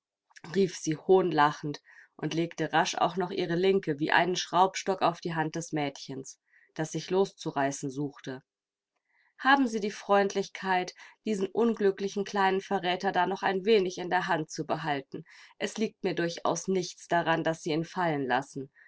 rief sie hohnlachend und legte rasch auch noch ihre linke wie einen schraubstock auf die hand des mädchens das sich loszureißen suchte haben sie die freundlichkeit diesen unglücklichen kleinen verräter da noch ein wenig in der hand zu behalten es liegt mir durchaus nichts daran daß sie ihn fallen lassen